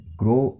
grow